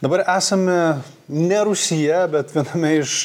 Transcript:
dabar esame ne rūsyje bet viename iš